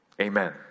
amen